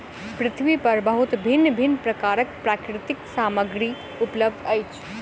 पृथ्वी पर बहुत भिन्न भिन्न प्रकारक प्राकृतिक सामग्री उपलब्ध अछि